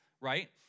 right